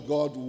God